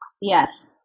Yes